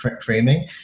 framing